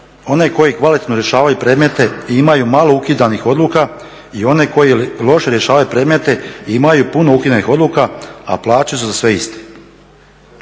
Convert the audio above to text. one koji kvalitetno rješavaju predmete i imaju malo ukidanih odluka i one koji loše rješavaju predmete i imaju puno ukidanih odluka, a plaće su za sve iste.